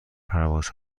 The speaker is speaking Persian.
پرواز